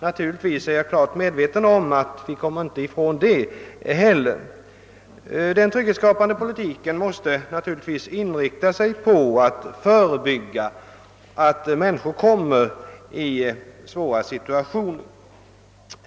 Naturligtvis är jag fullt medveten om att vi inte helt kan komma ifrån denna form av socialhjälp, men den trygghetsskapande politiken måste inriktas på att förebygga att människor hamnar i svåra situationer.